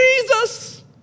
Jesus